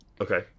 Okay